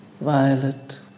violet